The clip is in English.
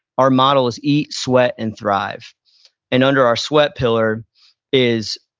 our model is eat, sweat and thrive and under our sweat pillar is,